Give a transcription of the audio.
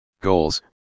goals